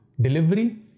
delivery